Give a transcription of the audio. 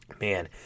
Man